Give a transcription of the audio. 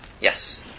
Yes